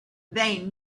they